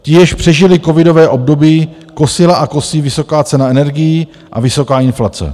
Ti, již přežili covidové období, kosila a kosí vysoká cena energií a vysoká inflace.